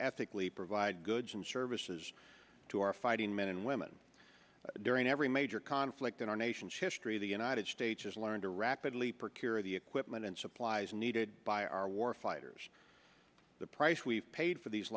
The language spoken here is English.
ethically provide goods and services to our fighting men and women during every major conflict in our nation's history the united states has learned to rapidly perk you're the equipment and supplies needed by our war fighters the price we've paid for these